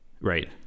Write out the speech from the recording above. Right